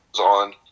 on